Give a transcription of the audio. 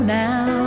now